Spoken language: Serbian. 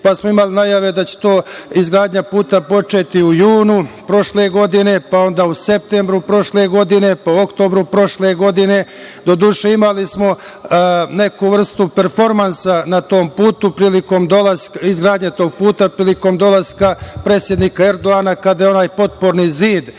pa smo imali najave da će izgradnja puta početi u junu prošle godine, pa onda u septembru prošle godine, pa u oktobru prošle godine. Doduše, imali smo neku vrstu performansa na tom putu, izgradnje tog puta, prilikom dolaska predsednika Erdogana, kada je onaj potporni zid